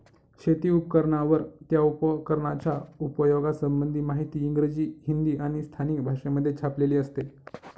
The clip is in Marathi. शेती उपकरणांवर, त्या उपकरणाच्या उपयोगा संबंधीची माहिती इंग्रजी, हिंदी आणि स्थानिक भाषेमध्ये छापलेली असते